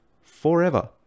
forever